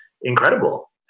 incredible